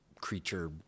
creature